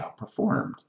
outperformed